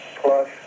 plus